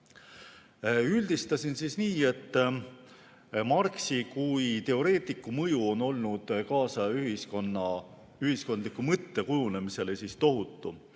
Üldistasin nii, et Marxi kui teoreetiku mõju on olnud kaasaaja ühiskondliku mõtte kujunemisele tohutu